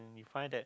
you find that